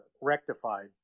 rectified